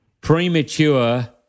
premature